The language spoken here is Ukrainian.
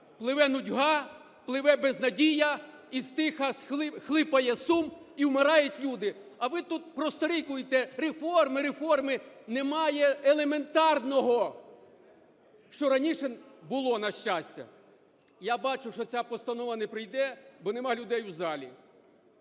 "пливе нудьга, пливе безнадія, і стиха хлипає сум, і вмирають люди", а ви тут просторікуєте, реформи-реформи. Немає елементарного, що раніше було, на щастя. Я бачу, що постанова не пройде, бо немає людей у залі.